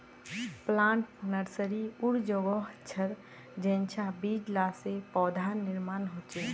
plant nursery उर जोगोह छर जेंछां बीज ला से पौधार निर्माण होछे